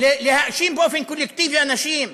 להאשים באופן קולקטיבי אנשים.